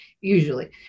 usually